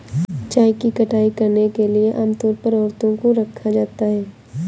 चाय की कटाई करने के लिए आम तौर पर औरतों को रखा जाता है